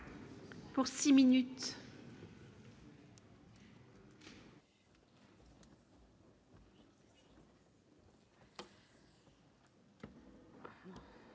Pour 6 minutes.